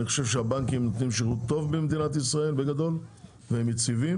אני חושב שהבנקים נותנים שירות טוב במדינת ישראל בגדול והם יציבים,